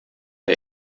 der